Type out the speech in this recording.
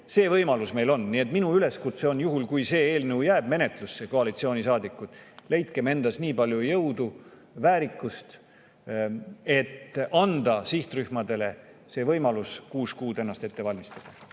See võimalus meil on. Minu üleskutse on, juhul kui see eelnõu jääb menetlusse: koalitsioonisaadikud, leidke endas nii palju jõudu ja väärikust, et anda sihtrühmadele võimalus ennast kuus kuud ette valmistada.